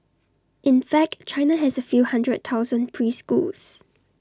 in fact China has A few hundred thousand preschools